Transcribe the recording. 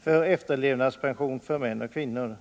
för efterlevandepension för män och kvinnor.